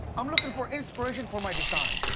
i'm looking for inspiration for my design.